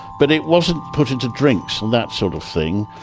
but it wasn't put into drinks, that sort of thing,